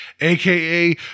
AKA